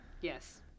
Yes